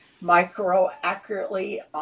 micro-accurately